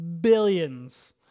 billions